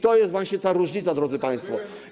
To jest właśnie ta różnica, drodzy państwo.